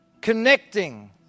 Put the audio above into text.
connecting